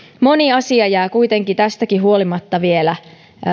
moni asia jää kuitenkin tästäkin huolimatta vielä